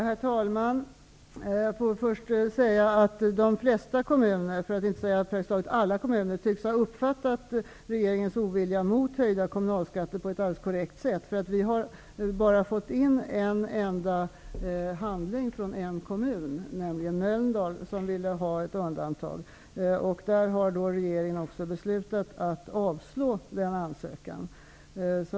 Herr talman! Först vill jag säga att de flesta kommuner -- för att inte säga alla kommuner -- tycks ha uppfattat regeringens motvilja mot höjda kommunalskatter på ett alldeles korrekt sätt. Vi har fått in bara en enda ansökan från en kommun, nämligen Mölndals kommun, som ville ha ett undantag. Regeringen har också beslutat att avslå den ansökan.